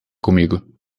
comigo